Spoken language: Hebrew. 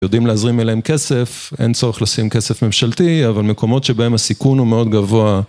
יודעים להזרים אליהם כסף, אין צורך לשים כסף ממשלתי, אבל מקומות שבהם הסיכון הוא מאוד גבוה.